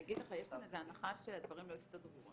יש הנחה שהדברים לא יסתדרו.